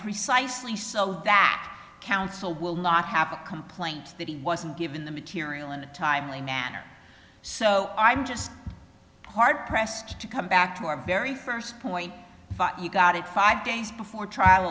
precisely so that counsel will not have complaints that he wasn't given the material in a timely manner so i'm just hard pressed to come back to your very first point but you got it five days before trial